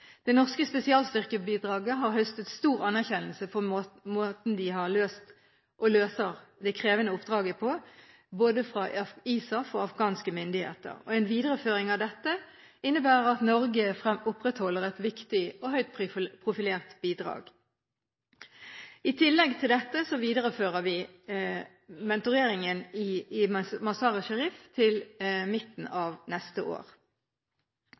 Det norske spesialstyrkebidraget har høstet stor anerkjennelse for måten de har løst og løser dette krevende oppdraget på, fra både ISAF og afghanske myndigheter. En videreføring av dette bidraget innebærer at Norge opprettholder et viktig og høyt profilert bidrag til ISAF. I tillegg til dette viderefører vi mentoreringen i Mazar-e Sharif til midten av neste år.